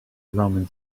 roman